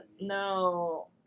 No